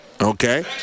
Okay